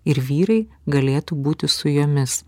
ir vyrai galėtų būti su jomis